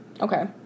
Okay